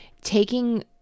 taking